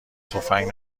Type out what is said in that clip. تفنگ